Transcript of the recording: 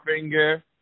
finger